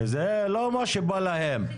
לא מה שבא להם.